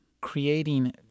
creating